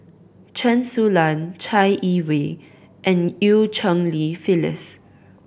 Chen Su Lan Chai Yee Wei and Eu Cheng Li Phyllis